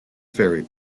ferry